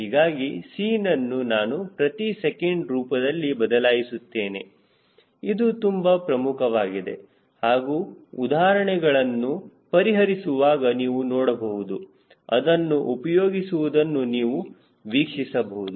ಹೀಗಾಗಿ C ನನ್ನು ನಾನು ಪ್ರತಿ ಸೆಕೆಂಡ್ ರೂಪದಲ್ಲಿ ಬದಲಾಯಿಸುತ್ತೇನೆ ಇದು ತುಂಬಾ ಪ್ರಮುಖವಾಗಿದೆ ಹಾಗೂ ಉದಾಹರಣೆಗಳನ್ನು ಪರಿಹರಿಸುವಾಗ ನೀವು ನೋಡಬಹುದು ಅದನ್ನು ಉಪಯೋಗಿಸುವುದನ್ನು ನೀವು ವೀಕ್ಷಿಸಬಹುದು